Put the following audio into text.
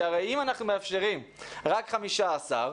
אם אנחנו מאפשרים רק 15 תלמידים,